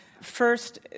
First